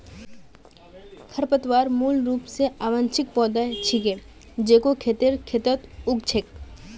खरपतवार मूल रूप स अवांछित पौधा छिके जेको खेतेर खेतत उग छेक